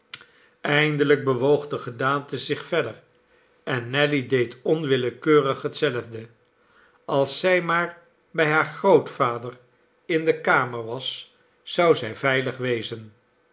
eindelijk bewoog de gedaante zich weder en nelly deed onwiliekeurig hetzelfde als zij maar bij haar grootvader in de kamer was zou zij veilig wezen